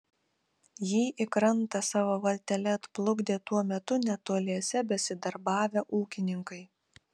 jį į krantą savo valtele atplukdė tuo metu netoliese besidarbavę ūkininkai